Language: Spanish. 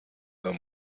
los